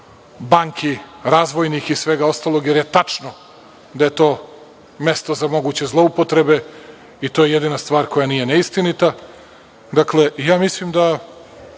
banki, razvojnih i svega ostalog, jer je tačno da je to mesto za moguće zloupotrebe i to je jedina stvar koja nije neistinita. Mislim da